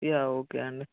yeah okay అండి